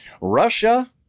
Russia